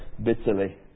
Bitterly